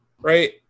right